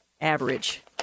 average